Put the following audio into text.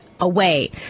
away